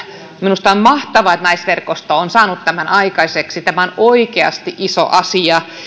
minusta on mahtavaa että naisverkosto on saanut tämän aikaiseksi tämä on oikeasti iso asia